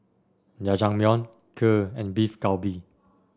Jajangmyeon Kheer and Beef Galbi